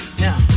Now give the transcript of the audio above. now